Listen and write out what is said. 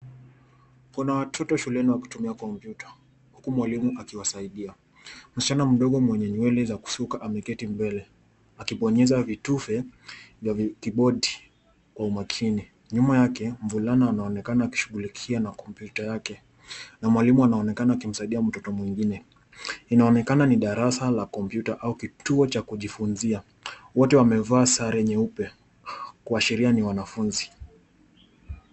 Kuna watoto shuleni wakitumia kompyuta huku mwalimu akiwasaidia. Msichana mdogo mwenye nywele za kusuka ameketi mbele akibonyeza vitufe vya kibodi kwa umakini. Nyuma yake. Mvulana anaonekana akishughulikana na kompyuta yake na mwalimu anaonekana akimsaidia mtoto mwingine. Inaonekana ni darasa ala kompyuta au kituo cha kujifunzia .Wote wamevaa sare nyeupe kuashiria ni wanafunzi.